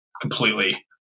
completely